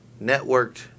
networked